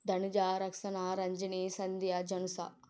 Tanuja Rakshana Ranjini Sandhya Janusha